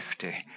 fifty